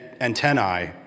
antennae